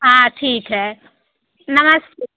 हाँ ठीक है नमस्ते